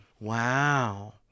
Wow